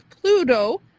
Pluto